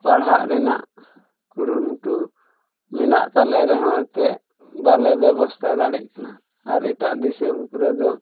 ᱯᱟᱲᱦᱟᱜ ᱨᱮᱱᱟᱜ ᱠᱩᱨᱩᱢᱩᱴᱩ ᱢᱮᱱᱟᱜ ᱛᱟᱞᱮ ᱨᱮᱦᱚᱸ ᱮᱱᱛᱮᱫ ᱵᱟᱞᱮ ᱵᱮᱵᱚᱥᱛᱷᱟ ᱫᱟᱲᱮᱜ ᱠᱟᱱᱟ ᱟᱨ ᱮᱴᱟᱜ ᱫᱤᱥᱚᱢ ᱠᱚᱨᱮ ᱫᱚ